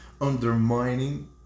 undermining